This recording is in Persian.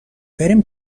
بریم